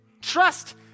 Trust